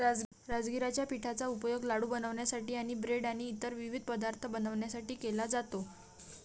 राजगिराच्या पिठाचा उपयोग लाडू बनवण्यासाठी आणि ब्रेड आणि इतर विविध पदार्थ बनवण्यासाठी केला जातो